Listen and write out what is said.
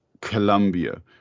Colombia